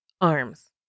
arms